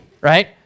right